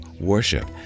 worship